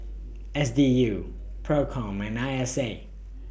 S D U PROCOM and I S A